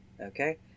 Okay